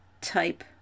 type